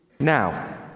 Now